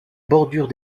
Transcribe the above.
bordure